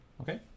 okay